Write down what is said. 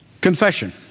Confession